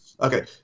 Okay